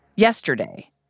Yesterday